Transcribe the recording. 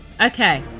Okay